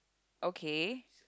okay